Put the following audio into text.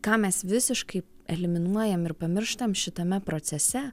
ką mes visiškai eliminuojam ir pamirštam šitame procese